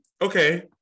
okay